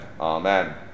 Amen